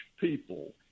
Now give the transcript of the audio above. people